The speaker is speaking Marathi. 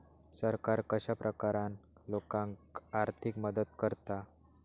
सरकार कश्या प्रकारान लोकांक आर्थिक मदत करता?